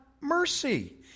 mercy